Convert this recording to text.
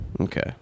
Okay